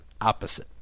opposite